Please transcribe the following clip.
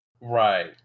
Right